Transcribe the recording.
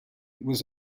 was